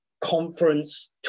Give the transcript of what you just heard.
Conference